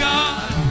God